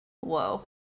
Whoa